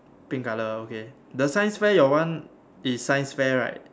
pink colour okay the science fair your one is science fair right